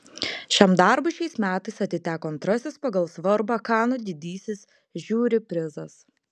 šiam darbui šiais metais atiteko antrasis pagal svarbą kanų didysis žiuri prizas